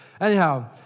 Anyhow